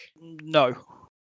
No